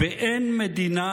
באין מדינה,